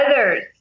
others